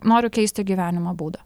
noriu keisti gyvenimo būdą